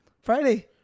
Friday